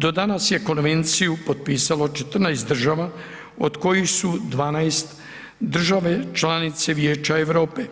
Do danas je konvenciju potpisalo 14 država od kojih su 12 države članice Vijeća Europe